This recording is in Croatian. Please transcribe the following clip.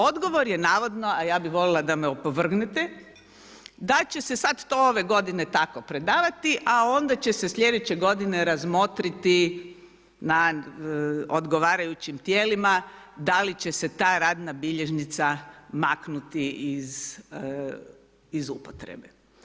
Odgovor je navodno, a ja bi volila da me opovrgnete, da će se sada to ove g. tako predavati, a onda će se sljedeće g. razmotriti na odgovarajućim tijelima, da li će se ta radna bilježnica maknuti iz upotrebe.